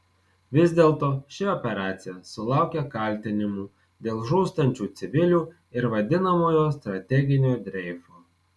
vis dėlto ši operacija sulaukia kaltinimų dėl žūstančių civilių ir vadinamojo strateginio dreifo